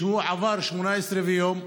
שעבר 18 ויום,